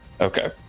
Okay